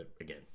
again